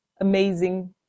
amazing